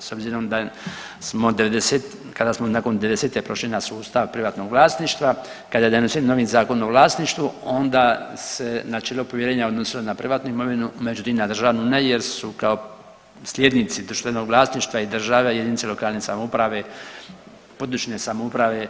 S obzirom da smo, kada smo nakon devedesete prošli na sustav privatnog vlasništva, kada je donesen novi Zakon o vlasništvu onda se načelo povjerenja odnosilo na privatnu imovinu, međutim na državnu ne jer su kao slijednici društvenog vlasništva i države jedinice lokalne samouprave, područne samouprave